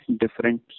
different